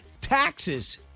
taxes